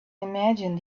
imagine